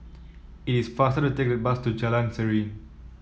it is faster to take the bus to Jalan Serene